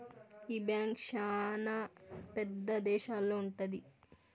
ఈ బ్యాంక్ శ్యానా పెద్ద దేశాల్లో ఉంటది